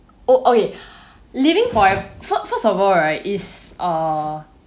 oh okay living forever first of all right is err